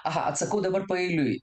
aha atsakau dabar paeiliui